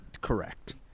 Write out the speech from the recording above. correct